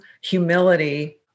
humility